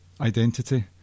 identity